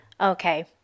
Okay